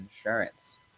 insurance